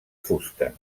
fusta